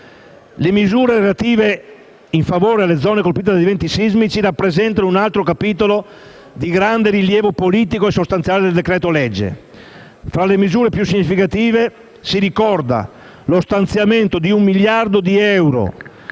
Le misure in favore delle zone colpite dagli eventi sismici rappresentano un altro capitolo di grande rilievo politico e sostanziale del decreto-legge. Fra le misure più significative si ricorda lo stanziamento di un miliardo di euro,